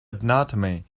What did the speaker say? anatomy